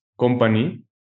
company